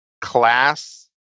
class